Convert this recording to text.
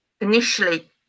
initially